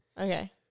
Okay